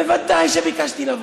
בוודאי שביקשתי לבוא.